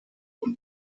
und